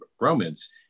Romans